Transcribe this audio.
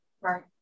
Right